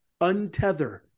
untether